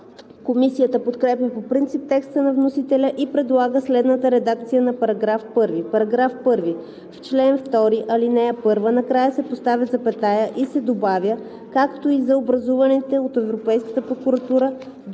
Комисията подкрепя по принцип текста на вносителя и предлага следната редакция на § 1: „§ 1. В чл. 2, ал. 1 накрая се поставя запетая и се добавя „както и за образуваните от Европейската прокуратура,